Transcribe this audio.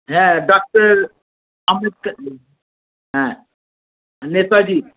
হ্যাঁ ডাক্তার আম্বেদকার হ্যাঁ নেতাজী